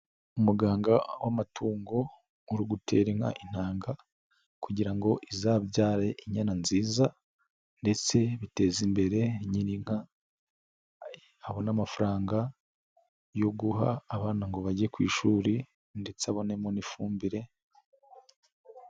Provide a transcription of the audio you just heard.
Umuganga w'amatungo uri gutera inka intanga kugira ngo izabyare inyana nziza ndetse biteza imbere nyiri nka, abone amafaranga yo guha abana ngo bajye ku ishuri ndetse abonemo n'ifumbire.